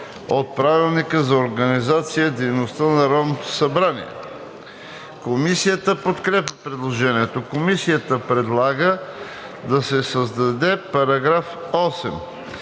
от Правилника за организацията и дейността на Народното събрание. Комисията подкрепя предложението. Комисията предлага да се създаде § 8: „§ 8.